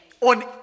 On